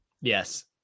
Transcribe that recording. Yes